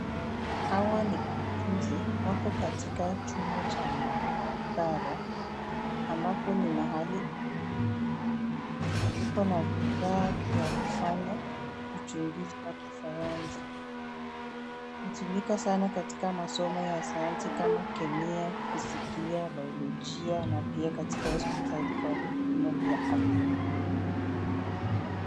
Hawa ni wanafunzi. Wako katika chumba Cha maabara ambapo ni mahali pa kufanya uchunguzi wa kisayansi. Hutumika sana katika masomo ya kisayansi kama vile kemia, fisikia na bayolojia na katika hospitali kwa matumizi ya afya.